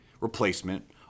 replacement